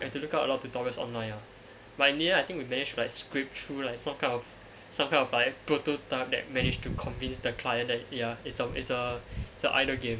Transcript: had to look up a lot of tutorials online ah but in the end I think we managed like scraped through like some kind of some kind of like prototype that managed to convince the client and that ya it's a it's a idle game